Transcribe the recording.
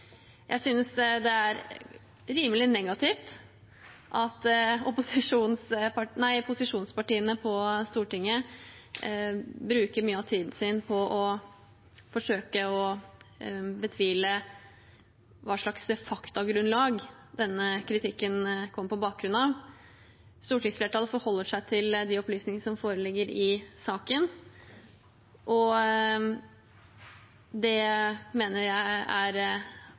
Jeg synes det er rimelig negativt at posisjonspartiene på Stortinget bruker mye av tiden sin på å forsøke å betvile hva slags faktagrunnlag denne kritikken kommer på bakgrunn av. Stortingsflertallet forholder seg til de opplysninger som foreligger i saken. Det mener jeg er